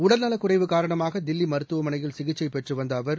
உடல்நலக் குறைவு காரணமாக தில்லி மருத்துவமனையில் சிசிக்சை பெற்று வந்த அவர்